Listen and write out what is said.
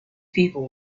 people